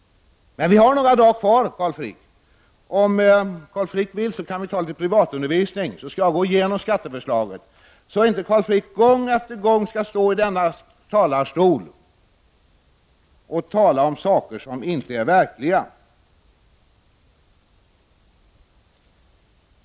Det är några dagar kvar, och om Carl Frick vill kan han få litet privatundervisning. Jag kan gå igenom skatteförslaget med honom, så att han inte gång på gång skall stå i denna talarstol och säga saker som inte är verkliga.